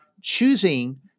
choosing